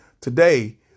Today